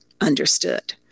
understood